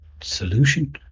solution